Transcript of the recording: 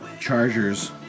Chargers